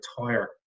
tire